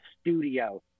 studio